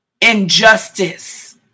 injustice